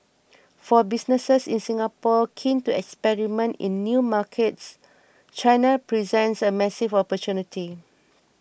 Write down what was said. for businesses in Singapore keen to experiment in new markets China presents a massive opportunity